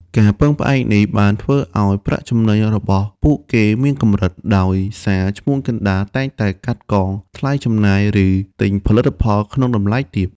ការពឹងផ្អែកនេះបានធ្វើឲ្យ ប្រាក់ចំណេញរបស់ពួកគេមានកម្រិត ដោយសារឈ្មួញកណ្ដាលតែងតែកាត់កងថ្លៃចំណាយ ឬទិញផលិតផលក្នុងតម្លៃទាប។